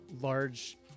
large